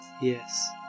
Yes